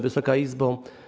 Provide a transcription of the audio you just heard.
Wysoka Izbo!